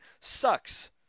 sucks